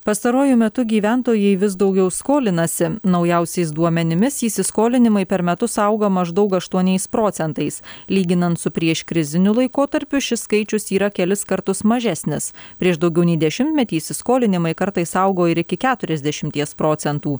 pastaruoju metu gyventojai vis daugiau skolinasi naujausiais duomenimis įsiskolinimai per metus auga maždaug aštuoniais procentais lyginant su prieškriziniu laikotarpiu šis skaičius yra kelis kartus mažesnis prieš daugiau nei dešimtmetį įsiskolinimai kartais augo ir iki keturiasdešimties procentų